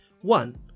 One